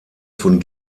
von